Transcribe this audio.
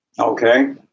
Okay